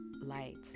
light